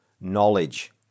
knowledge